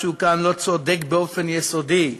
משהו כאן לא צודק באופן יסודי.